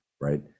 right